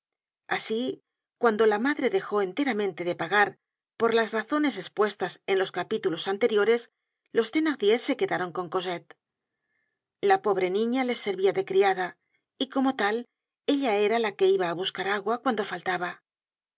asi cuando la madre dejó enteramente de pagar por las razones espuestas en los capítulos anteriores los thenardier se quedaron con cosette la pobre niña les servia de criada y como tal ella era la que iba á buscar agua cuando faltaba